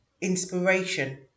inspiration